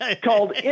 Called